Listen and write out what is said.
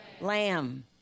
lamb